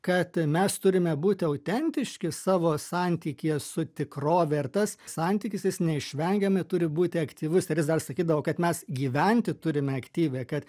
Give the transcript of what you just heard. kad mes turime būti autentiški savo santykyje su tikrove ir tas santykis jis neišvengiamai turi būti aktyvus ir jis dar sakydavo kad mes gyventi turime aktyviai kad